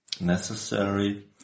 necessary